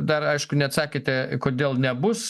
dar aišku neatsakėte kodėl nebus